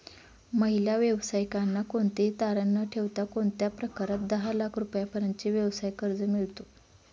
महिला व्यावसायिकांना कोणतेही तारण न ठेवता कोणत्या प्रकारात दहा लाख रुपयांपर्यंतचे व्यवसाय कर्ज मिळतो?